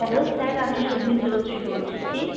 hello sir আমি সোহিনী চৌধুরী বলছি